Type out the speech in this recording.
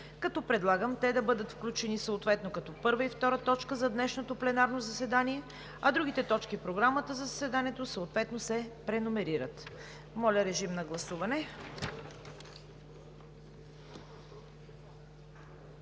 г. Предлагам те да бъдат включени съответно като първа и втора точка за днешното пленарно заседание, а другите точки в Програмата на заседанието съответно се преномерират. Моля, режим на гласуване.